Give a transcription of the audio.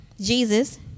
Jesus